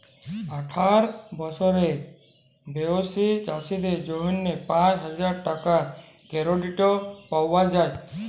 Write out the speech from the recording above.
আঠার বসর বয়েসী চাষীদের জ্যনহে পাঁচ হাজার টাকার কেরডিট পাউয়া যায়